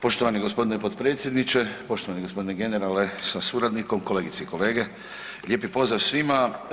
Poštovani gospodine potpredsjedniče, poštovani gospodine generale sa suradnikom, kolegice i kolege, lijepi pozdrav svima.